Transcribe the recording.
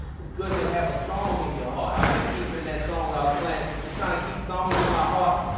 good to have a song in your heart. i've been keeping that song i was playing, and just trying to keep songs in my heart.